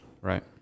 Right